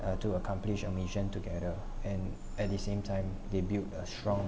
uh to accomplish a mission together and at the same time they build a strong